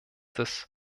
des